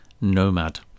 Nomad